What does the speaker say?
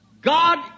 God